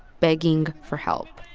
begging for help.